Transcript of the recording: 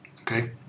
okay